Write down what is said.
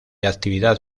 actividad